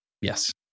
yes